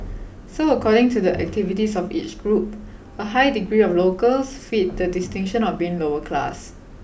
so according to the activities of each group a high degree of locals fit the distinction of being lower class